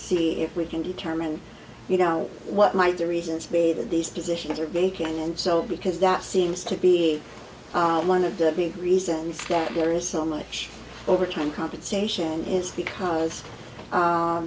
see if we can determine you know what might the reasons be that these positions are vacant and so because that seems to be one of the big reasons that there is so much overtime compensation is because